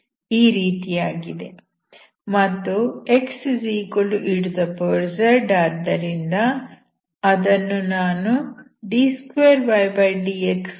ಮತ್ತು xez ಆದ್ದರಿಂದ ನಾನು ಅದನ್ನು d2ydx21xddz